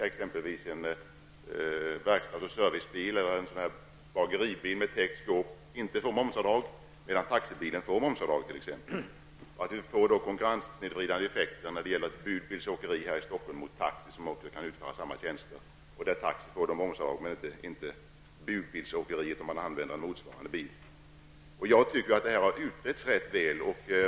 Man får inte göra momsavdrag för en verkstads och servicebil eller en bageribil med textreklam, medan avdrag är tillåtet för en taxibil. Det blir då konkurrenssnedvridande effekter mellan t.ex. ett budbilsåkeri här i Stockholm och taxi, som kan utföra samma tjänster. Man får göra avdrag för anskaffande av en taxibil men inte för inköp av en budbil. Jag anser att frågan är väl utredd.